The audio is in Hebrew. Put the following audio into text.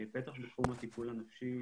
בטח בתחום הטיפול הנפשי,